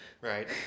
Right